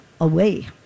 away